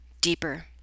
deeper